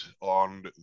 on